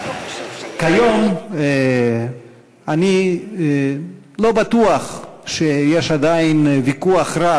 כיום אני לא בטוח שיש עדיין ויכוח רב,